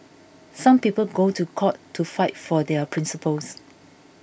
some people go to court to fight for their principles